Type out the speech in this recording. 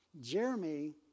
Jeremy